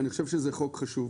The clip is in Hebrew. אני חושב שזה חוק חשוב,